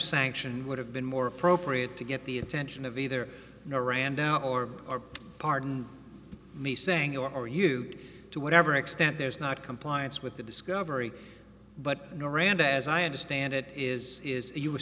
sanction would have been more appropriate to get the attention of either in iran doubt or pardon me saying or are you to whatever extent there's not compliance with the discovery but noranda as i understand it is is you were